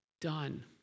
Done